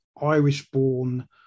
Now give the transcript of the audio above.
Irish-born